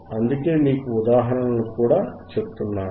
అందుకే మీకుఉదాహరణలుకూడా చెప్తున్నాను